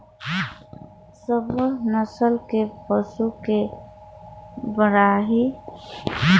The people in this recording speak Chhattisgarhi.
सब्बो नसल के पसू के बड़हई, खान पान सब आने आने होथे